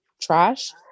trash